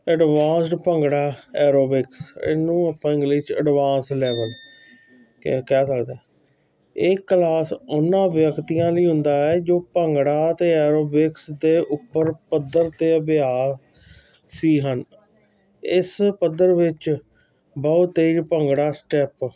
advance bhangra aerobics ਇਹਨੂੰ ਆਪਾਂ English 'ਚ ਐਡਵਾਂਸ ਲੈਵਲ ਕਹਿ ਸਕਦਾ ਇਹ ਕਲਾਸ ਉਹਨਾਂ ਵਿਅਕਤੀਆਂ ਲਈ ਹੁੰਦਾ ਹੈ ਜੋ ਭੰਗੜਾ ਅਤੇ ਐਰੋਬਿਕਸ ਦੇ ਉੱਪਰ ਪੱਧਰ 'ਤੇ ਅਭਿਆਸ ਸੀ ਹਨ ਇਸ ਪੱਧਰ ਵਿੱਚ ਬਹੁਤ ਤੇਜ਼ ਭੰਗੜਾ ਸਟੈੱਪ